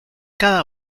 cada